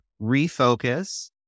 refocus